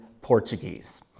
Portuguese